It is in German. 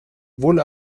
wohl